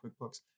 QuickBooks